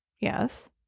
Yes